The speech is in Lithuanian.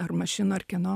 ar mašinų ar kieno